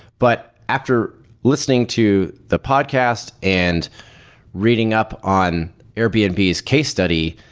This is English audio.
but after listening to the podcast and reading up on airbnb's case study,